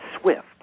swift